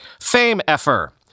fame-effer